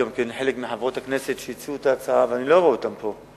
יש גם חלק מחברות הכנסת שהציעו את ההצעה ואני לא רואה אותן פה.